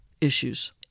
issues